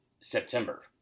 September